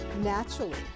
naturally